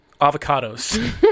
avocados